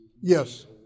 Yes